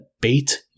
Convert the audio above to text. bait